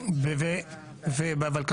סבלנות,